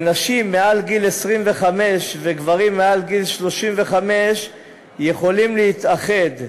נשים מעל גיל 25 וגברים מעל גיל 35 יכולים להתאחד,